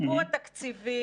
הסיפור התקציבי